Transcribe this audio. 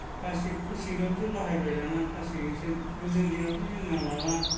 plastic पुलिस्टिकावसो बाहायबाय दाना प्लास्टिकनिसो जोंनि दिनावथ' जोंना माबा